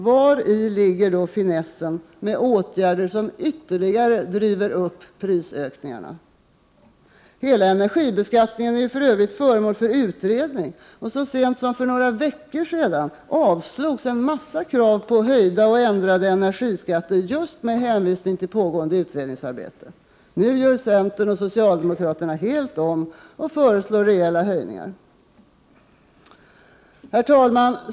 Vari ligger då finessen med åtgärder som ytterligare driver upp priserna? Hela energibeskattningen är för övrigt föremål för utredning. Så sent som för några veckor sedan avslogs en mängd krav på höjning av energiskatter just med hänvisning till pågående utredningsarbete. Nu gör socialdemokraterna och centern helt om och föreslår rejäla höjningar! Herr talman!